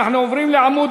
אנחנו עוברים לעמוד